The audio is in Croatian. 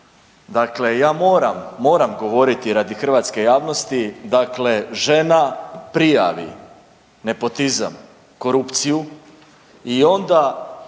ja moram, moram govoriti radi hrvatske javnosti, dakle žena prijavi nepotizam, korupciju i onda